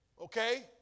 okay